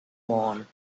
vaughan